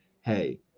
hey